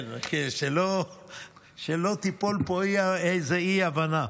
כן, כדי שלא תהיה פה איזו אי-הבנה.